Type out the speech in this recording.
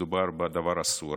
מדובר בדבר אסור,